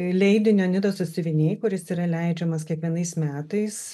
leidinio nidos sąsiuviniai kuris yra leidžiamas kiekvienais metais